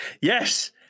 Yes